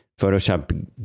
Photoshop